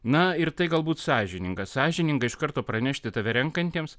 na ir tai galbūt sąžininga sąžininga iš karto pranešti tave renkantiems